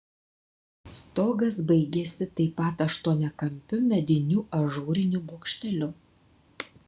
stogas baigėsi taip pat aštuoniakampiu mediniu ažūriniu bokšteliu